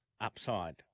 upside